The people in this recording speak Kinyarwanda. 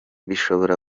bishobora